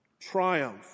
Triumph